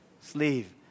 sleeve